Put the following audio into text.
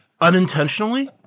Unintentionally